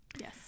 Yes